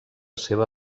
seva